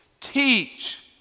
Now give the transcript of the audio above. teach